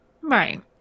Right